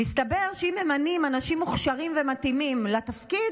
מסתבר שאם ממנים אנשים מוכשרים ומתאימים לתפקיד,